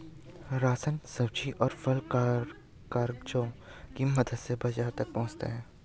ration, सब्जी, और फल कार्गो की मदद से बाजार तक पहुंचता है